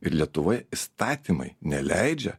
ir lietuvoje įstatymai neleidžia